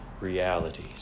realities